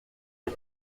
les